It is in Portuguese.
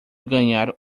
ganhar